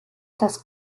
das